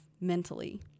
mentally